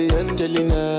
angelina